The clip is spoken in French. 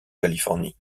californie